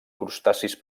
crustacis